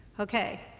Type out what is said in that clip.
okay.